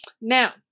Now